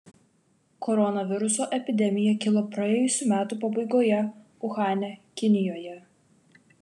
koronaviruso epidemija kilo praėjusių metų pabaigoje uhane kinijoje